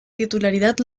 titularidad